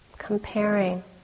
Comparing